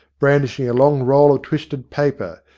brandishing a long roll of twisted paper,